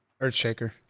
Earthshaker